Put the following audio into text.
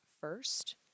first